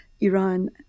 Iran